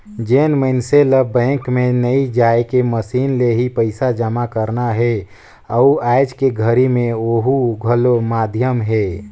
जेन मइनसे ल बैंक मे नइ जायके मसीन ले ही पइसा जमा करना हे अउ आयज के घरी मे ओहू घलो माधियम हे